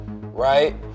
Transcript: right